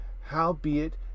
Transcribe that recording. howbeit